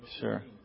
Sure